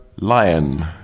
lion